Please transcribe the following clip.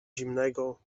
zimnego